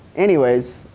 anyways,